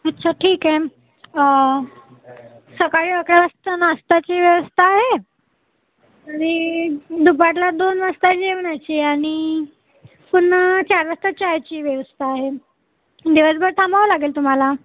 अच्छा ठीक आहे सकाळी अकरा वाजता नाश्त्याची व्यवस्था आहे आणि दुपारला दोन वाजता जेवणाची आणि पुन्हा चार वाजता चायची व्यवस्था आहे दिवसभर थांबावं लागेल तुम्हाला